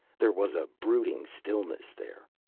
there was a brooding stillness there.